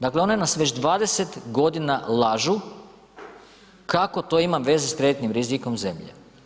Dakle, one nas već 20.g. lažu kako to ima veze s kreditnim rizikom zemlje.